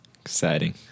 Exciting